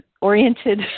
oriented